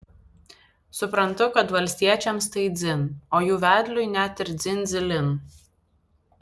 suprantu kad valstiečiams tai dzin o jų vedliui net ir dzin dzilin